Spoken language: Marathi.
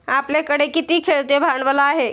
आपल्याकडे किती खेळते भांडवल आहे?